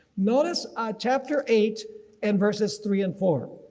notice chapter eight and verses three and four.